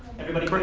everybody but